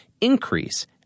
increase